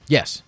Yes